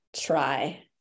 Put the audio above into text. try